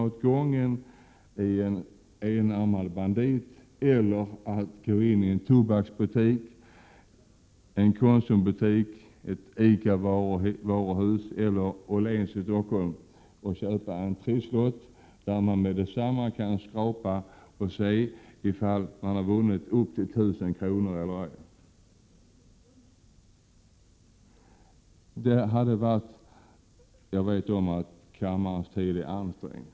åt gången i en enarmad bandit eller att gå in ien tobaksbutik, en Konsumbutik, en ICA-butik eller på Åhléns i Stockholm och köpa en trisslott, som man med detsamma kan skrapa på för att se om man har vunnit upp till 1 000 kr. eller ej? Jag vet att kammarens tid är ansträngd.